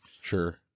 Sure